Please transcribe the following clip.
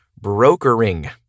brokering